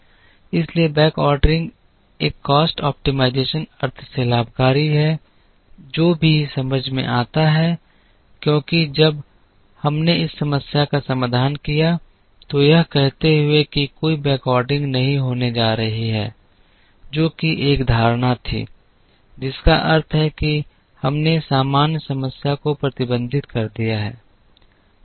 इसलिए बैकऑर्डरिंग एक cost optimisation अर्थ से लाभकारी है जो भी समझ में आता है क्योंकि जब हमने इस समस्या का समाधान किया तो यह कहते हुए कि कोई बैकऑर्डरिंग नहीं होने जा रही है जो कि एक धारणा थी जिसका अर्थ है कि हमने सामान्य समस्या को प्रतिबंधित कर दिया है